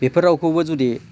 बेफोर रावखौबो जुदि